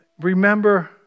Remember